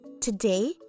Today